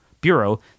Bureau